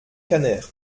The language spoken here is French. canner